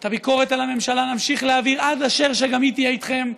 את הביקורת על הממשלה נמשיך להעביר עד אשר גם היא תהיה איתכם.